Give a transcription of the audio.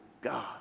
God